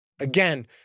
Again